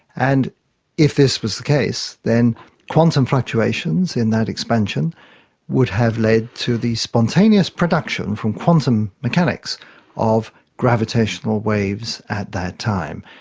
and if this was the case, then quantum fluctuations in that expansion would have led to the spontaneous production from quantum mechanics of gravitational waves at that time.